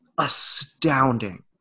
astounding